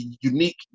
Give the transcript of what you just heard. unique